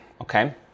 okay